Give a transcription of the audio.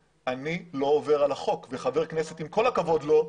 לא עובר על החוק וחבר כנסת, עם כל הכבוד לו,